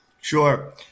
Sure